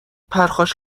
پرخاش